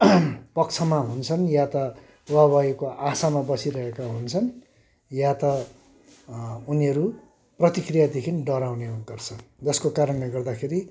पक्षमा हुन्छन् या त वाहवाहीको आशामा बसिरहेका हुन्छन् या त उनीहरू प्रतिक्रियादेखि डराउने गर्छन् जसको कारणले गर्दाखेरि